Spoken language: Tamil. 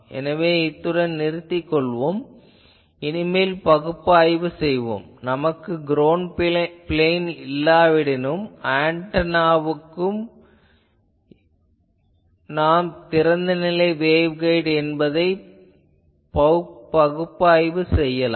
எனவே இத்துடன் நிறுத்திக் கொள்வோம் இனிமேல் பகுப்பாய்வு செய்வோம் நமக்கு க்ரௌண்ட் பிளேன் இல்லாவிடினும் எந்த ஆன்டெனாவுக்கும் நாம் திறந்த நிலை வேவ்கைட் என்பதை பகுப்பாய்வு செய்யலாம்